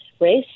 race